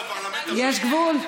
סליחה, מה, אנחנו בפרלמנט, יש גבול.